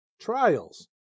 trials